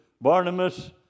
Barnabas